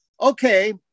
okay